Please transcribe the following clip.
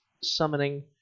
summoning